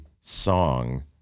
song